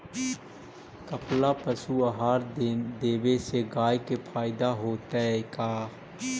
कपिला पशु आहार देवे से गाय के फायदा होतै का?